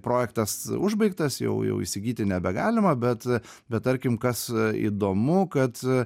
projektas užbaigtas jau jau įsigyti nebegalima bet bet tarkim kas įdomu kad